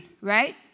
right